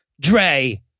Dre